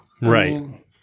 Right